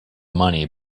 money